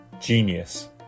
genius